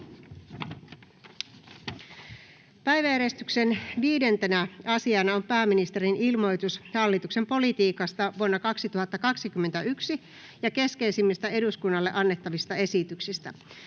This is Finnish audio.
Päiväjärjestyksen 5. asiana on pääministerin ilmoitus hallituksen politiikasta vuonna 2021 ja keskeisimmistä eduskunnalle annettavista esityksistä.